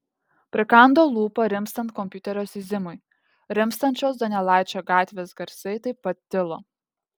prikando lūpą rimstant kompiuterio zyzimui rimstančios donelaičio gatvės garsai taip pat tilo